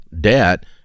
debt